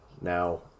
Now